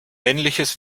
männliches